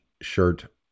shirt